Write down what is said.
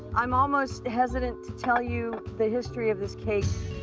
i'm almost hesitant to tell you the history of this cake.